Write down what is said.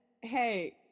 hey